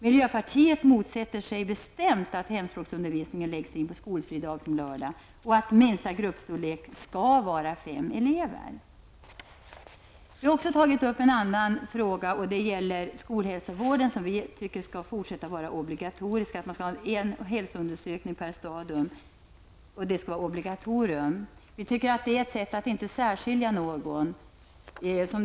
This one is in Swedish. Miljöpartiet motsätter sig bestämt att hemspråksundervisning läggs in på en skolfri dag, som t.ex lördag, och att minsta gruppstorlek skall vara fem elever. Vi har också berört en annan fråga. Det gäller skolhälsovården, som vi tycker skall fortsätta att vara obligatorisk. Man skall ha en hälsoundersökning per stadium. Det skall vara ett obligatorium. Det är ett sätt att inte särskilja någon.